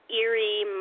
eerie